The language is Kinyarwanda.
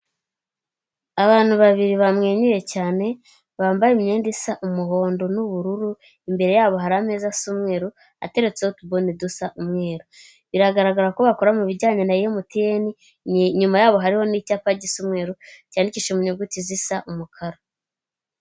Abantu babiri bamwenyuye cyane bambaye imyenda isa umuhondo n'ubururu, imbere yabo hari ameza asa umweru ateretseho utubuni dusa umweru biragaragara ko bakora mu bijyanye na Emutiyeni, inyuma yabo hariho n'icyapa gisa umweru cyandikishije mu nyuguti zisa umukara.